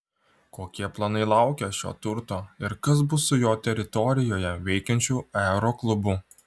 kokie planai laukia šio turto ir kas bus su jo teritorijoje veikiančiu aeroklubu